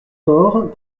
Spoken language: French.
fort